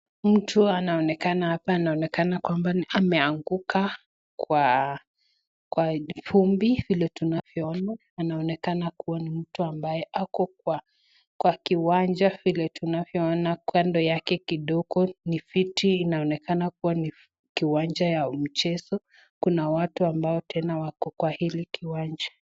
Mtu anaonekana hapa anaoneka kwambaameanguka kwa vumbi. Vile tunavyo ona inaonekana kua ni mtu ambaye ako kwa kiwanja vile tunavyo ona kando yake kidogo ni viti. Inaonekana kuwa ni kiwanja ya mchezo kuna watu ambao tena wako kwa hili kiwanja.